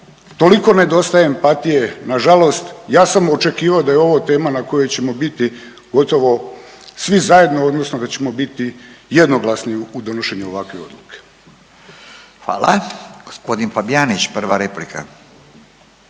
toliko nedostaje empatije na žalost. Ja sam očekivao da je ovo tema na koju ćemo biti gotovo svi zajedno odnosno da ćemo biti jednoglasni u donošenju ovakve odluke. **Radin, Furio (Nezavisni)** Hvala.